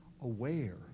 aware